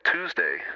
Tuesday